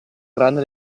grande